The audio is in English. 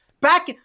Back